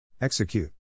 Execute